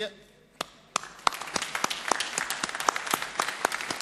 (מחיאות כפיים)